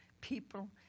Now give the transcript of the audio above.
people